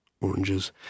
oranges